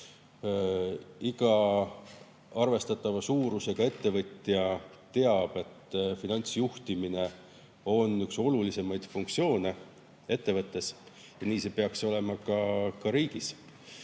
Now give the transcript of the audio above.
Iga arvestatava suurusega ettevõtja teab, et finantsjuhtimine on üks olulisemaid funktsioone ettevõttes, ja nii see peaks olema ka riigis.